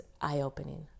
eye-opening